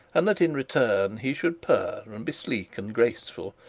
and that in return he should purr, and be sleek and graceful,